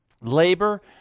labor